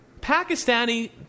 Pakistani